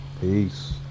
Peace